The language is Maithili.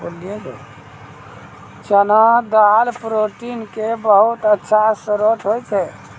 चना दाल प्रोटीन के बहुत अच्छा श्रोत होय छै